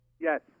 Yes